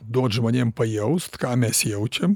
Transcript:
duot žmonėm pajaust ką mes jaučiam